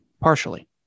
Partially